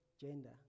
gender